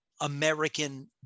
American